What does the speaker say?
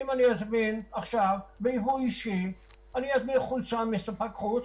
אבל אם אני אזמין עכשיו חולצה ביבוא אישי מספק חוץ,